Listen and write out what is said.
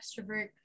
extrovert